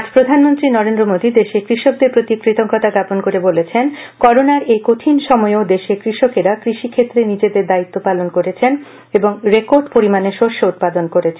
আজ প্রধানমন্ত্রী নরেন্দ্র মোদী দেশের কৃষকদের প্রতি কৃতজ্ঞতা জ্ঞাপন করে বলেছেন করোনার এই কঠিন সময়েও দেশের কৃষকরা কৃষক্ষেত্রে নিজেদের দায়িত্ব পালন করেছেন এবং রেকর্ড পরিমানে শস্য উৎপাদন করেছেন